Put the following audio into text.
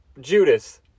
Judas